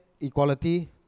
equality